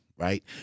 Right